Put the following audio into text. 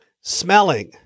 smelling